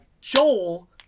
Joel